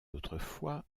autrefois